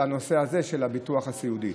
לנושא הזה של הביטוח הסיעודי.